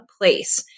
place